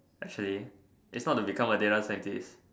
actually it's not to become a day life scientist